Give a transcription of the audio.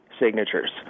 Signatures